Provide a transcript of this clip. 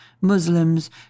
Muslims